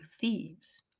Thieves